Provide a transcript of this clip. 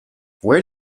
where